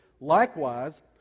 likewise